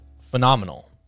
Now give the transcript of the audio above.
phenomenal